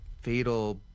fatal